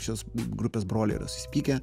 šios grupės broliai yra susipykę